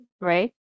right